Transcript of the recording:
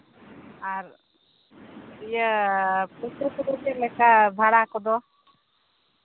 ᱟᱨ ᱤᱭᱟᱹ ᱪᱮᱫ ᱞᱮᱠᱟ ᱵᱷᱟᱲᱟ ᱠᱚᱫᱚ